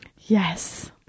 yes